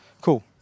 Cool